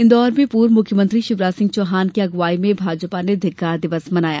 इन्दौर में पूर्व मुख्यमंत्री शिवराज सिंह चौहान की अगुवाई में भाजपा ने धिक्कार दिवस मनाया